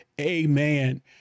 Amen